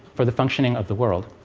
for the functioning of the world.